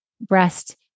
breast